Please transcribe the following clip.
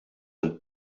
and